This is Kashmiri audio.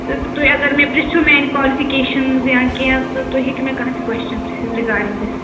تہٕ تُہۍ اگر مےٚ پرٕٛژھِو میٛانہِ کالفِکیشَنٕز یا کیٚنٛہہ تہٕ تُہۍ ہیٚکِو مےٚ کانٛہہ تہِ کوسچَن پرٕٛژھِتھ رِگاڈِنٛگ دِس